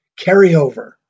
carryover